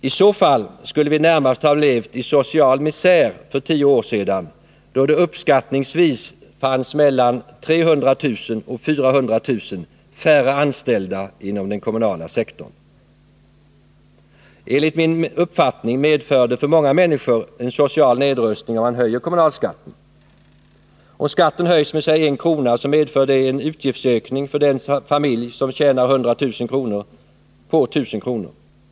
I så fall skulle vi närmast ha levt i social misär för tio år sedan, då det uppskattningsvis fanns mellan 300 000 och 400 000 färre anställda inom den kommunala sektorn. Enligt min uppfattning medför det för många människor en social nedrustning, om man höjer kommunalskatten. Om skatten höjs med säg 1 kr., medför det en utgiftsökning på 1 000 kr. för den familj som tjänar 100 000 kr.